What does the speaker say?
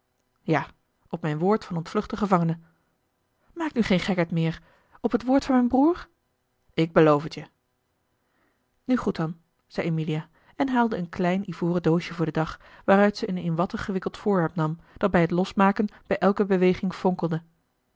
ja op mijn woord van ontvluchten gevangene maak nu geen gekheid meer op het woord van mijn broer ik beloof het je nu goed dan zei emilia en haalde een klein ivoren doosje voor den dag waaruit ze een in watten gewikkeld voorwerp nam dat bij het losmaken bij elke beweging fonkelde